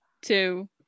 two